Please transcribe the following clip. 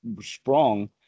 sprung